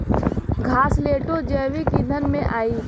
घासलेटो जैविक ईंधन में आई